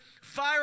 fire